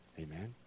Amen